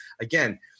again